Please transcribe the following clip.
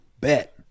Bet